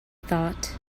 thought